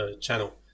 channel